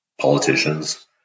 politicians